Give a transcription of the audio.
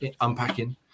Unpacking